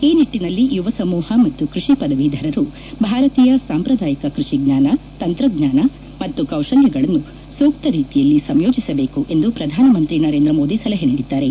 ಈ ನಿಟ್ಟನಲ್ಲಿ ಯುವ ಸಮೂಪ ಮತ್ತು ಕೃಷಿ ಪದವೀಧರರು ಭಾರತೀಯ ಸಾಂಪ್ರದಾಯಿಕ ಕೃಷಿ ಜ್ಞಾನ ತಂತ್ರಜ್ಞಾನ ಮತ್ತು ಕೌಶಲ್ಯಗಳನ್ನು ಸೂಕ್ತ ರೀತಿಯಲ್ಲಿ ಸಂಯೋಜಿಸಬೇಕು ಎಂದು ಪ್ರಧಾನಮಂತ್ರಿ ನರೇಂದ್ರ ಮೋದಿ ಸಲಹೆ ನೀಡಿದ್ದಾರೆ